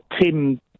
Tim